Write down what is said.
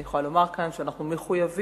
אני יכולה לומר כאן שאנחנו מחויבים,